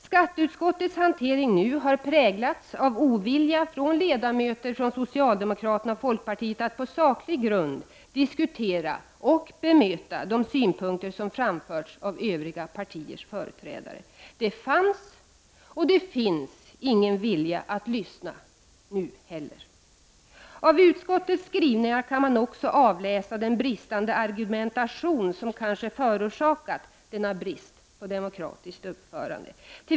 Skatteutskottets hantering har präglats av ovilja från de socialdemokratiska och de folkpartistiska ledamöterna att på saklig grund diskutera och bemöta de synpunkter som framförts av övriga partiers företrädare. Det fanns och finns ingen vilja att lyssna nu heller. Av utskottets skrivningar kan man också avläsa den bristande argumentation som kanske föranlett denna brist på demokratiskt uppförande.